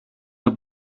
der